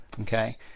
okay